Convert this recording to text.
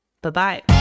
Bye-bye